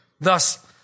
Thus